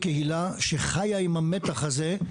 הזה של הקהילה שהיכולת התפקודית שלה פחתה עם השנים ולכן מוצדקת פריסת